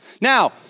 Now